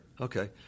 Okay